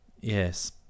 Yes